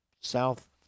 South